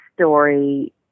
story